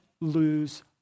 lose